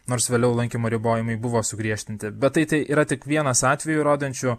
nors vėliau lankymo ribojimai buvo sugriežtinti bet tai tai yra tik vienas atvejų rodančių